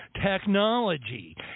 technology